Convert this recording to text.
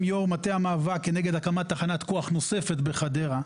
יושב ראש מטה המאבק כנגד הקמת תחנת כוח נוספת בחדרה.